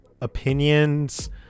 Opinions